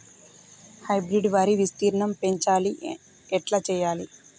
Hybrid వరి విస్తీర్ణం పెంచాలి ఎట్ల చెయ్యాలి?